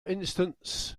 instance